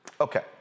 okay